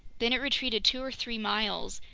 then it retreated two or three miles,